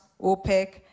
OPEC